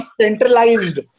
centralized